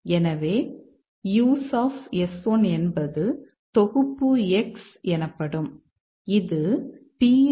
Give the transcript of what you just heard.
எனவே USE என்பது தொகுப்பு X எனப்படும்